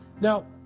now